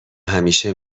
همیشه